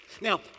Now